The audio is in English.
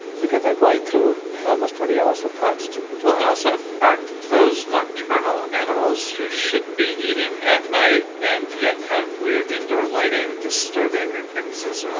because they're going through almost twenty hours of fast also, aren't those nocturnal animals, who should be eating at night and yet have weird indoor lighting, disturbing things as